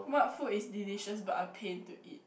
what food is delicious but a pain to eat